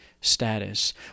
status